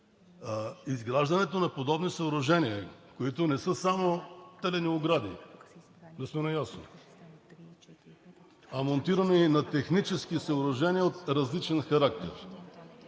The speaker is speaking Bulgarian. изграждането на подобни съоръжения, които не са само телени огради – да сме наясно, а монтиране и на технически съоръжения от различен характер